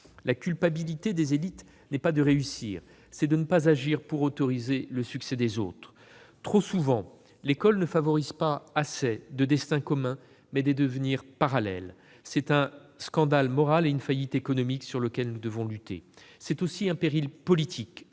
coupables non pas de réussir, mais de ne pas agir pour autoriser le succès des autres. Trop souvent, l'école ne favorise pas assez de destins communs ; à l'inverse, elle trace des devenirs parallèles. C'est un scandale moral et une faillite économique, contre lesquels nous devons lutter. C'est aussi un péril politique